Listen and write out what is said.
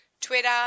Twitter